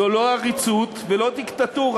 זו לא עריצות ולא דיקטטורה,